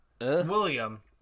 William